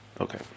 Okay